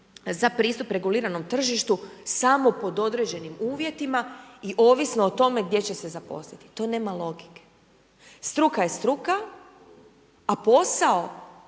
za pristup reguliranom tržištu samo pod određenim uvjetima i ovisno o tome gdje će se zaposliti, to nema logike. Struka je struka, a posao